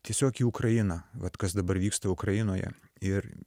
tiesiog į ukrainą vat kas dabar vyksta ukrainoje ir